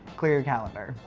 clear your calendar.